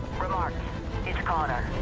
remarks it's connor.